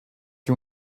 you